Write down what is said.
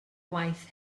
gwaith